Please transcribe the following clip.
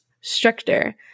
stricter